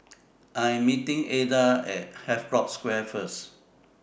I Am meeting Adda At Havelock Square First